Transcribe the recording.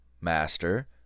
master